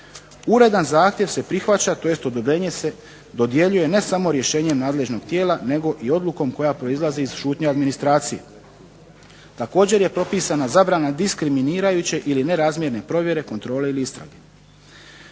Uredan zahtjev se prihvaća, tj. odobrenje se dodjeljuje ne samo rješenjem nadležnog tijela nego i odlukom koja proizlazi iz šutnje administracije. Također je propisana zabrana diskriminirajuće ili nerazmjerne provjere kontrole ili istrage.